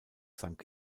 sank